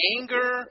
anger